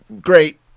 great